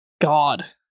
god